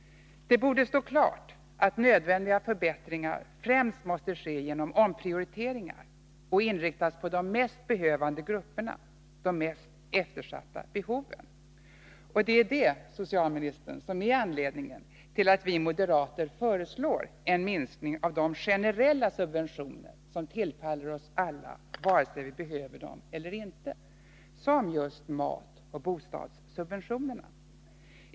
Det borde stå klart att nödvändiga förbättringar främst måste ske genom omprioriteringar och inriktas på de mest behövande grupperna och de mest eftersatta behoven. Det är detta, socialministern, som är anledningen till att vi moderater föreslår en minskning av de generella förmåner som tillfaller oss alla, vare sig vi behöver dem eller inte, t.ex. matoch bostadssubventionerna.